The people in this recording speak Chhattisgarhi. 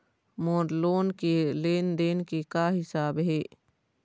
मोर लोन के लेन देन के का हिसाब हे?